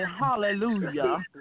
Hallelujah